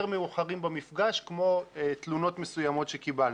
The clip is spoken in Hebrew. מאוחרים במפגש כמו תלונות מסוימות שקיבלנו.